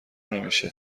نمیشه